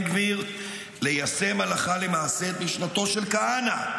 גביר ליישם הלכה למעשה את משנתו של כהנא.